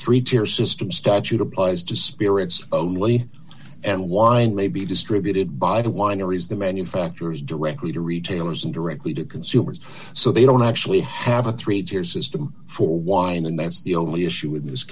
three tier system statute applies to spirits only and wine may be distributed by the wineries the manufacturers directly to retailers and directly to consumers so they don't actually have a three tier system for wine and that's the only issue in this